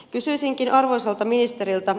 kysyisinkin arvoisalta ministeriltä